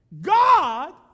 God